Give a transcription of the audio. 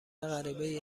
غریبهای